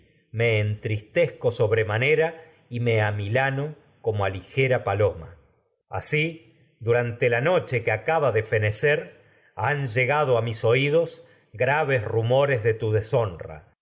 me entristezco sobremanera y me amilano como ali gera cer paloma asi durante la noche que acaba de fene han llegado dice a mis oídos graves rumotes de tu